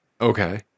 Okay